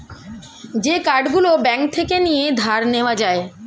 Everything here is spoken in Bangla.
যে কার্ড গুলো ব্যাঙ্ক থেকে নিয়ে ধার নেওয়া যায়